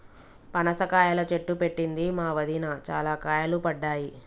పనస కాయల చెట్టు పెట్టింది మా వదిన, చాల కాయలు పడ్డాయి